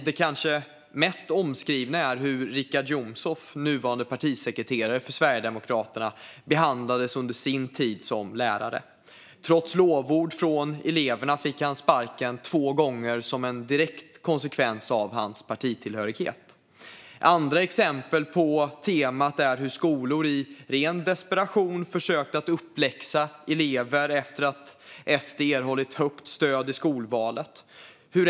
Det kanske mest omskrivna är hur Richard Jomshof, nuvarande partisekreterare för Sverigedemokraterna, behandlades under sin tid som lärare. Trots lovord från eleverna fick han sparken två gånger som en direkt konsekvens av hans partitillhörighet. Andra exempel på temat är hur skolor i ren desperation har försökt att läxa upp elever efter att SD har erhållit högt stöd i skolvalet.